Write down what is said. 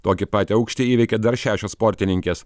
tokį patį aukštį įveikė dar šešios sportininkės